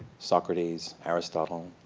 socrates, aristotle,